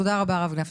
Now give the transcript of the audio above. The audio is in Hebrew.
תודה רבה, הרב גפני.